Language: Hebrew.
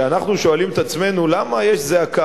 כשאנחנו שואלים את עצמנו למה יש זעקה,